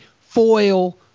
foil